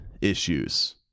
issues